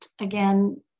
again